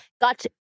Got